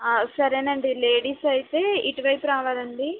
సరేనండి లేడీస్వి అయితే ఇటువైపు రావాలండి